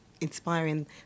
inspiring